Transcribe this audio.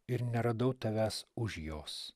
ir neradau tavęs už jos